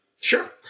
Sure